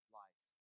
life